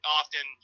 often